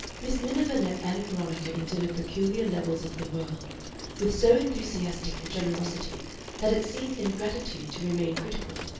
miss miniver let ann veronica into her peculiar levels of the world with so enthusiastic a generosity that it seemed ingratitude to remain critical.